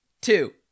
Two